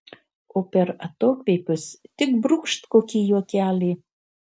o per atokvėpius tik brūkšt kokį juokelį